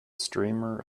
streamer